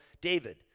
David